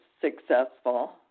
successful